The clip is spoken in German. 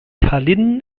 tallinn